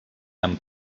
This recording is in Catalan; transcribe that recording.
amb